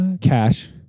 cash